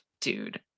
dude